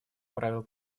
правил